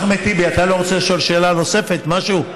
אחמד טיבי, אתה לא רוצה לשאול שאלה נוספת, משהו?